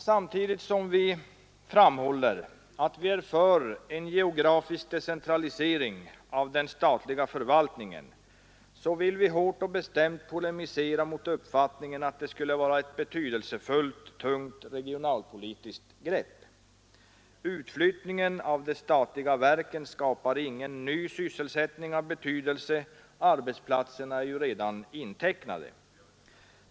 Samtidigt som vi framhåller att vi är för en geografisk decentralisering av den statliga förvaltningen vill vi hårt och bestämt polemisera mot uppfattningen att det skulle vara något betydelsefullt regionalpolitiskt grepp. Utflyttningen av de statliga verken skapar ingen ny sysselsättning av betydelse. Arbetsplatserna är redan intecknade.